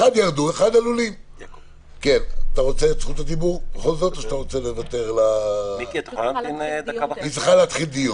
חברת הכנסת חיימוביץ' צריכה להתחיל דיון.